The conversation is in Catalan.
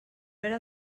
era